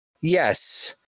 yes